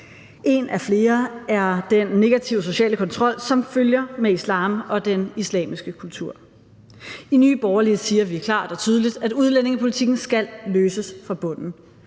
En af flere er den negative sociale kontrol, som følger med islam og den islamiske kultur. I Nye Borgerlige siger vi klart og tydeligt, at udlændingepolitikken skal løses fra bunden.